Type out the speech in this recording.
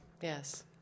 Yes